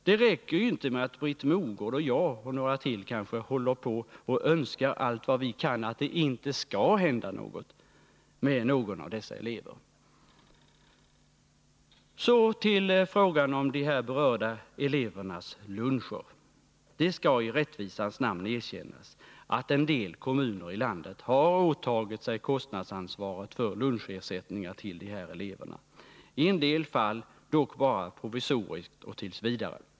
Det räcker inte med att Britt Mogård och jag och kanske några till önskar allt vad vi kan att det inte skall hända något med någon av dessa elever. Så till frågan om de berörda elevernas luncher. Det skall i rättvisans namn erkännas att en del kommuner i landet har åtagit sig kostnadsansvaret för 9” lunchersättning till de här eleverna, i en del fall dock bara provisoriskt och tills vidare.